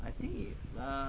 I see